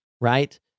right